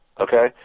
Okay